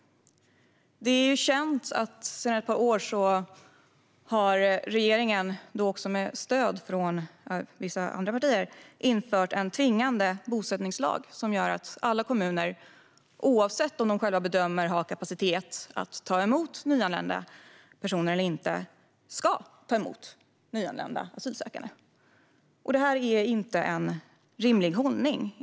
Det är känt att sedan ett par år har regeringen med stöd från vissa andra partier infört en tvingande bosättningslag som gör att alla kommuner, oavsett om de bedömer sig ha kapacitet att ta emot nyanlända personer eller inte, ska ta emot nyanlända asylsökande. Det är för vår del inte en rimlig hållning.